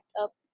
up